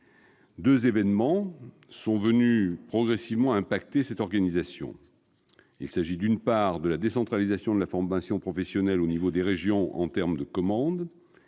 Deux événements sont venus progressivement affecter cette organisation : d'une part, la décentralisation de la formation professionnelle à l'échelle des régions en termes de commandes,